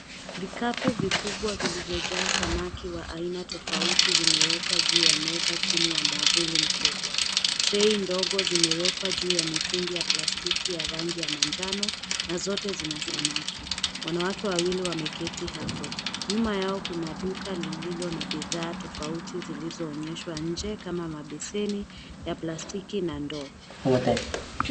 Vikapu vikubwa vilivyojaa samaki wa aina tofauti, vimewekwa juu ya meza chini ya mwavuli mkubwa. Trei ndogo zimewekwa juu ya mitungi ya plastiki ya rangi ya manjano, na zote zina samaki. Wanawake wawili wameketi hapo. Nyuma yao kuna duka lililo na bidhaa tofauti zilizoonyeshwa nje kama mabeseni ya plastiki na ndoo.